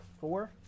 Four